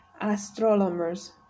Astronomers